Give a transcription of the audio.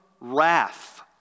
wrath